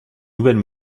nouvelle